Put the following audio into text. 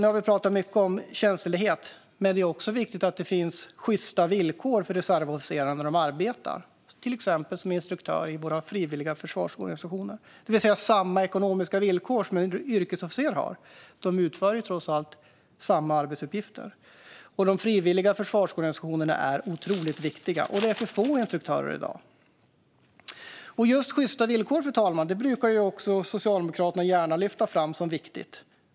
Nu har vi pratat mycket om tjänstledighet, men det är också viktigt att det är sjysta villkor för reservofficerarna när de arbetar till exempel som instruktörer i våra frivilliga försvarsorganisationer, det vill säga att de har samma ekonomiska villkor som en yrkesofficer har. De utför trots allt samma arbetsuppgifter. De frivilliga försvarsorganisationerna är otroligt viktiga, och det finns för få instruktörer i dag. Just sjysta villkor, fru talman, brukar ju socialdemokrater gärna lyfta fram som viktigt.